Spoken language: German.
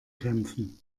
kämpfen